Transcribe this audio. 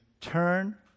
turn